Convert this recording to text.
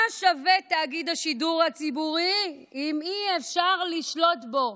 מה שווה תאגיד השידור הציבורי אם אי-אפשר לשלוט בו.